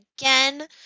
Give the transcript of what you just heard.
again